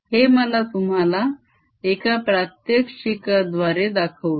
हे मला तुम्हाला एका प्रात्यक्षिकाद्वारे दाखवू दे